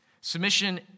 Submission